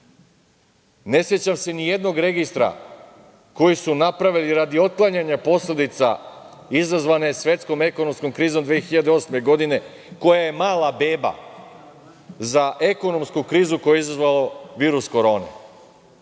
sećam se nijednog registra koji su napravili radi otklanjanja posledica izazvane svetskom ekonomskom krizom 2008. godine, koja je mala beba za ekonomsku krizu koju je izazvalo virus korone,